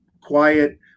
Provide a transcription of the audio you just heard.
quiet